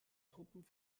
truppen